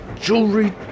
Jewelry